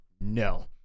no